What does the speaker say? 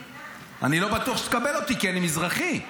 אני לא בטוח שתקבל אותי, כי אני מזרחי.